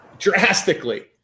Drastically